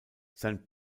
sein